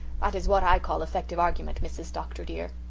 that is what i call effective argument, mrs. dr. dear